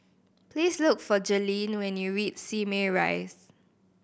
please look for Jailene when you reach Simei Rise